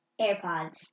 AirPods